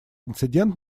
инцидент